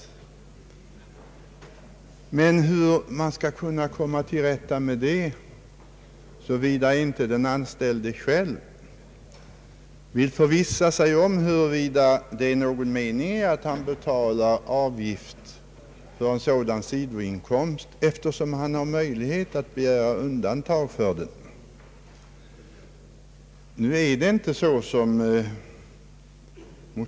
Men hur skall man komma till rätta med det här problemet om inte den anställde själv vill förvissa sig om det förnuftiga i att betala avgift för en sådan sidoinkomst, eftersom han har möjlighet att begära undantagande av denna inkomst?